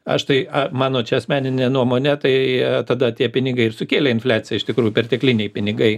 aš tai mano čia asmenine nuomone tai tada tie pinigai ir sukėlė infliaciją iš tikrųjų pertekliniai pinigai